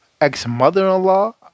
ex-mother-in-law